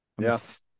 Yes